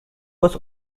was